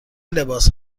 لباس